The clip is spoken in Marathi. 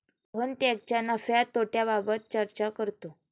सोहन टॅक्सच्या नफ्या तोट्याबाबत चर्चा करतो